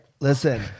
Listen